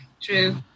true